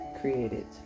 created